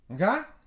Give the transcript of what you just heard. Okay